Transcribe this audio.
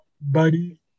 buddy